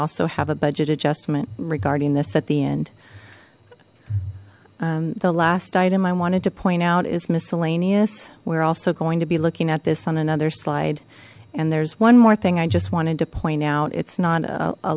also have a budget adjustment regarding this at the end the last item i wanted to point out is miscellaneous we're also going to be looking at this on another slide and there's one more thing i just wanted to point out it's not a